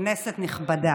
כנסת נכבדה,